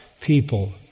people